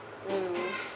mm